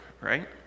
Right